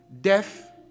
death